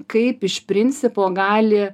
kaip iš principo gali